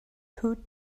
two